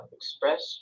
express